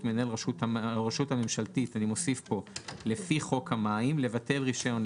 מנהל הרשות הממשלתית לפי חוק המים לבטל רישיון,